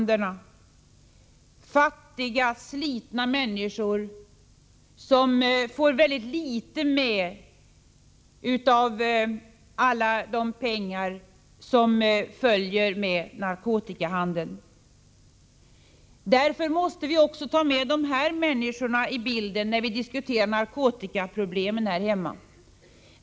Det är fattiga, slitna människor som får väldigt litet med av alla de pengar som följer med narkotikahandeln. Därför måste vi också ha dessa människor med i bilden när vi diskuterar narkotikaproblemen här hemma.